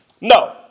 No